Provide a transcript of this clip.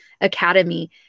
academy